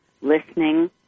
listening